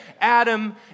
Adam